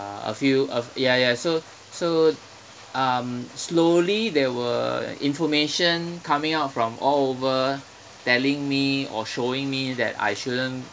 a few of ya ya so so um slowly there were information coming out from all over telling me or showing me that I shouldn't